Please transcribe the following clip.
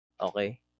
Okay